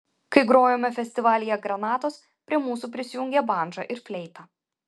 kai grojome festivalyje granatos prie mūsų prisijungė bandža ir fleita